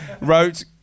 wrote